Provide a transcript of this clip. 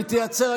היא תייצר,